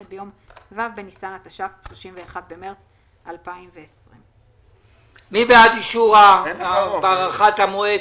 ביום ו' בניסן התש"ף (31 במרץ 2020)". מי בעד אישור הארכת המועד?